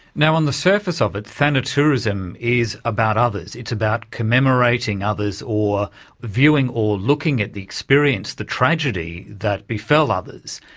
now on the surface of it, thanatourism is about others. it's about commemorating others, or viewing or looking at the experience, the tragedy, that befell others.